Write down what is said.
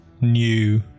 new